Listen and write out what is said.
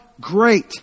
great